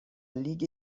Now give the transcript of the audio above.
لیگ